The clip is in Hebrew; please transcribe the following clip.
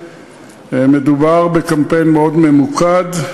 מדובר בקמפיין מאוד ממוקד,